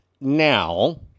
now